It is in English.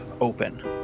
open